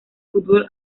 fútbol